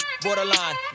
Borderline